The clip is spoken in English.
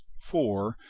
for,